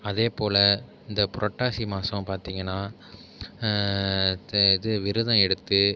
அதே போல் இந்த புரட்டாசி மாசம் பார்த்திங்கன்னா த இது விரதம் எடுத்து